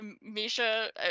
Misha